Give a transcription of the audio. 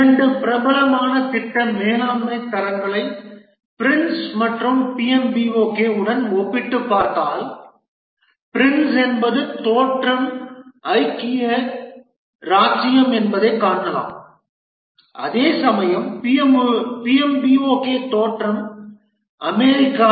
இரண்டு பிரபலமான திட்ட மேலாண்மைத் தரங்களை PRINCE மற்றும் PMBOK உடன் ஒப்பிட்டுப் பார்த்தால் PRINCE என்பது தோற்றம் ஐக்கிய இராச்சியம் என்பதைக் காணலாம் அதேசமயம் PMBOK தோற்றம் அமெரிக்கா